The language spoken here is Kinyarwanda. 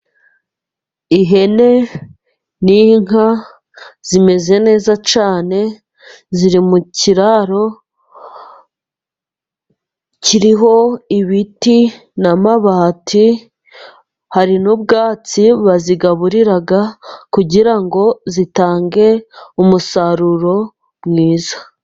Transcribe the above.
Ihene n'inka zimeze neza cyane, ziri mu kiraro kiriho ibiti n'amabati. Hari n'ubwatsi bazigaburira kugira ngo zitange umusaruro mwiza.